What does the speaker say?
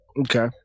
Okay